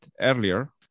earlier